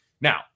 Now